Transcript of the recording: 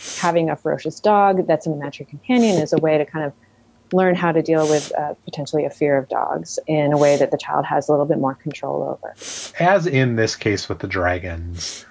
having a ferocious dog. that's um a metric companion as a way to kind of learn how to deal with potentially a fear of dogs in a way that the child has a little bit more control over as in this case with the dragons,